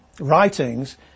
Writings